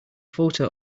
photo